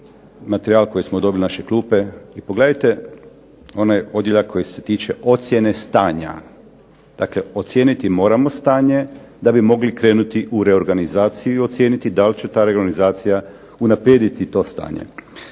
materijal koji smo dobili na naše klupe i pogledajte onaj odjeljak koji se tiče ocjene stanja, dakle ocijeniti moramo stanje da bi mogli krenuti u reorganizaciju i ocijeniti da li će ta reorganizacija unaprijediti to stanje.